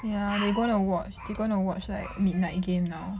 ya they gonna watch they gonna watch like midnight game now